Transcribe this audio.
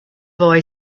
boy